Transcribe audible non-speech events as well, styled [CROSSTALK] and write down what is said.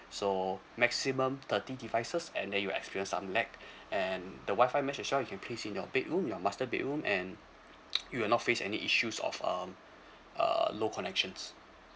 so maximum thirty devices and then you experience some lag and the WI-FI mesh as well you can place in your bedroom your master bedroom and [NOISE] you will not face any issues of um uh low connections